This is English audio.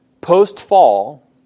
post-fall